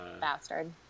Bastard